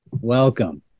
Welcome